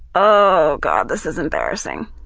oh, god, this is embarrassing.